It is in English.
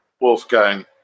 Wolfgang